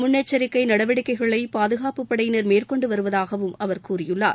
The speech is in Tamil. முன்னெச்சரிக்கை நடவடிக்கைகளை பாதுகாப்புப் படையினர் மேற்கொன்டு வருவதாகவும் அவர் கூறியுள்ளார்